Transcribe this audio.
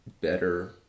better